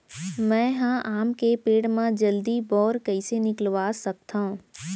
मैं ह आम के पेड़ मा जलदी बौर कइसे निकलवा सकथो?